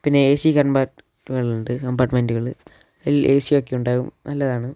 പിന്നെ A C കമ്പാർട്ട്മെൻറ്റുകൾ അതിൽ എസിയൊക്കെ ഉണ്ടാവും നല്ലതാണ്